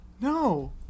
No